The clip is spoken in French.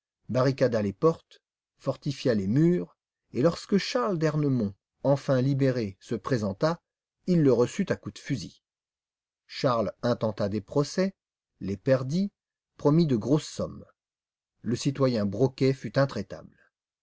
barricada les portes fortifia les murs et lorsque charles d'ernemont enfin libéré se présenta il le reçut à coups de fusil charles intenta des procès les perdit promit de grosses sommes le citoyen broquet fut intraitable